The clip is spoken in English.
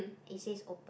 it says open